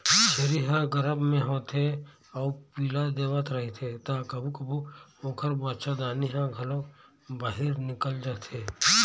छेरी ह गरभ म होथे अउ पिला देवत रहिथे त कभू कभू ओखर बच्चादानी ह घलोक बाहिर निकल जाथे